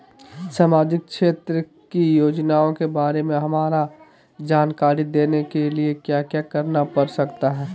सामाजिक क्षेत्र की योजनाओं के बारे में हमरा जानकारी देने के लिए क्या क्या करना पड़ सकता है?